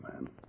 man